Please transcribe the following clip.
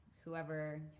whoever